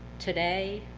today,